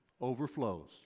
overflows